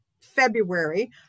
February